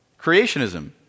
Creationism